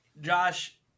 Josh